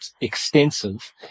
extensive